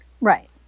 Right